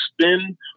spin